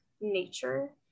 nature